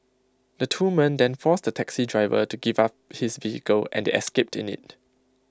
the two men then forced A taxi driver to give up his vehicle and they escaped in IT